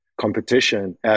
competition